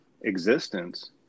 existence